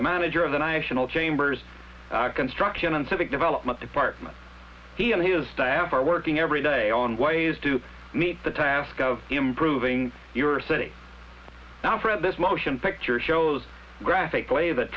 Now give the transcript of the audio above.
the manager of the national chambers construction and civic development department he and his staff are working every day on ways to meet the task of improving your city now for this motion picture shows graphically th